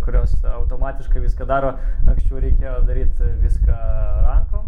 kurios automatiškai viską daro anksčiau reikėjo daryt viską rankom